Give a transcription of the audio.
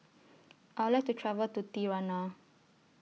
I Would like to travel to Tirana